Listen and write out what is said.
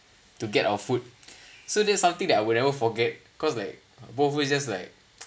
to get our food so that's something that I would never forget cause like both of us just like